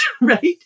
Right